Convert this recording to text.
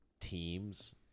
teams